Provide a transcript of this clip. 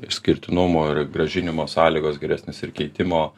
išskirtinumo ir grąžinimo sąlygos geresnės ir keitimo